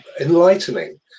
enlightening